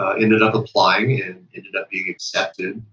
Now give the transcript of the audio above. ah ended up applying and ended up being accepted,